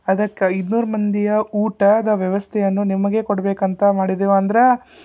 ಅದಕ್ಕೆ ಐನೂರು ಮಂದಿಯ ಊಟದ ವ್ಯವಸ್ಥೆಯನ್ನು ನಿಮಗೆ ಕೊಡಬೇಕಂತ ಮಾಡಿದ್ದೇವೆ ಅಂದ್ರೆ